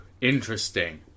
interesting